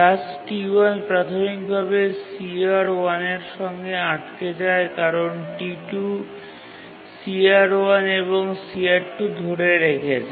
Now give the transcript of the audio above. task T1 প্রাথমিকভাবে CR1 এর জন্য আটকে যায় কারণ T2 CR1 এবং CR2 ধরে রেখেছে